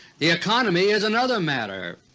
the economy is another matter.